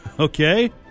Okay